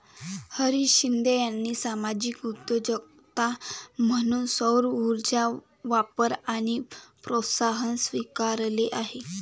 हरीश शिंदे यांनी सामाजिक उद्योजकता म्हणून सौरऊर्जेचा वापर आणि प्रोत्साहन स्वीकारले आहे